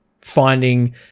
finding